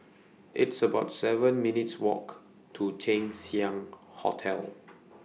It's about seven minutes' Walk to Chang Xiang Hotel